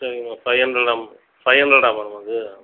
சரிங்க ma'am five ஹண்ட்ரடா ma'am five ஹண்ட்ரடா மேம் அது